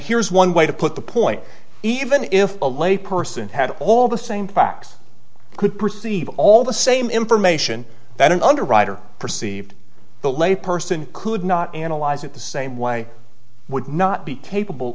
here's one way to put the point even if a lay person had all the same facts could perceive all the same information that an underwriter perceived the lay person could not analyze it the same way would not be capable